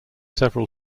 several